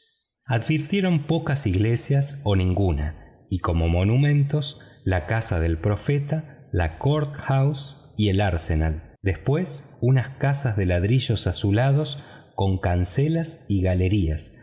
advirtieron pocas iglesias o ninguna y como monumentos la casa del profeta los tribunales y el arsenal después unas casas de ladrillos azulados con cancelas y galerías